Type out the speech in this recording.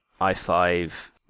i5